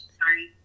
sorry